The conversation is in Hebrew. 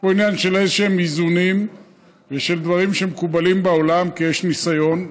יש פה עניין של איזשהם איזונים ושל דברים שמקובלים בעולם כי יש ניסיון,